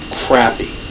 crappy